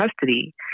custody